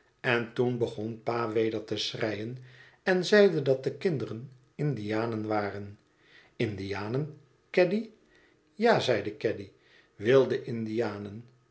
en toen begon pa weder te schreien en zeide dat de kinderen indianen waren indianen caddy ja zeide caddy wilde indianen